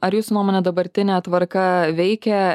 ar jūsų nuomone dabartinė tvarka veikia